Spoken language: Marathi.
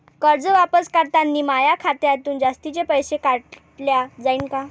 कर्ज वापस करतांनी माया खात्यातून जास्तीचे पैसे काटल्या जाईन का?